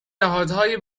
نهادهای